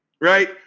right